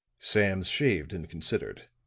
sams shaved and considered.